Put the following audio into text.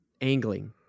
angling